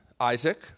Isaac